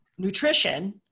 nutrition